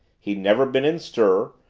he'd never been in stir,